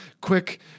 quick